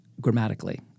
grammatically